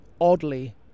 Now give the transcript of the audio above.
oddly